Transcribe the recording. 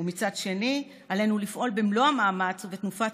ומצד שני עלינו לפעול במלוא המאמץ ובתנופת